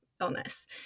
illness